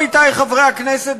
עמיתי חברי הכנסת,